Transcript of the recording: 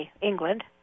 England